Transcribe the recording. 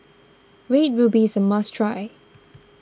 Red Ruby is a must try